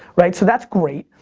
right, so that's great.